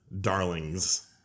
darlings